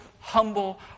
humble